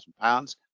pounds